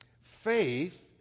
Faith